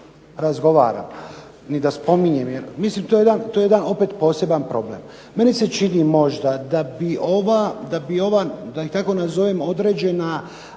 razgovaram, ni da spominjem. Jer mislim to je jedan opet poseban problem. Meni se čini možda da bi ova da ih tako nazovem određena